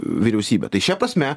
vyriausybė tai šia prasme